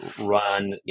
run